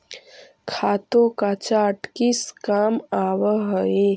खातों का चार्ट किस काम आवअ हई